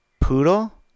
Poodle